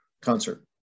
concert